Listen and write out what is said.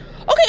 Okay